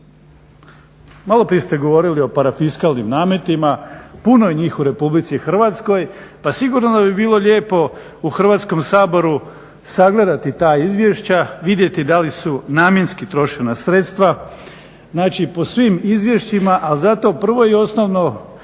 Maloprije ste govorili o parafiskalnim nametima, puno je njih u Republici Hrvatskoj. Pa sigurno da bi bilo lijepo u Hrvatskom saboru sagledati ta izvješća, vidjeti da li su namjenski trošena sredstva, znači po svim izvješćima al zato prvo i osnovno